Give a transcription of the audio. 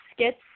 skits